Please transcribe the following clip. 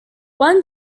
one